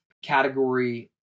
category